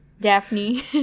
Daphne